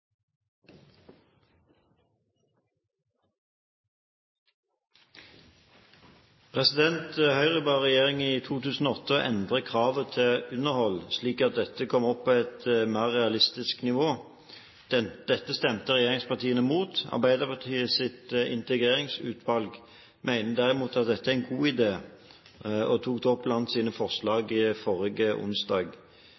i 2008 å endre kravet til underhold, slik at dette kom opp på et mer realistisk nivå. Dette stemte regjeringspartiene mot. Arbeiderpartiets integreringsutvalg mener derimot dette er en god idé, og tok det opp blant sine